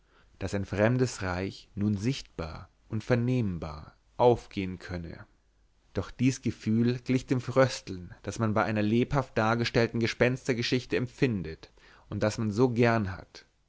daß ein fremdes reich nun sichtbar und vernehmbar aufgehen könne doch dies gefühl glich dem frösteln das man bei einer lebhaft dargestellten gespenstergeschichte empfindet und das man so gern hat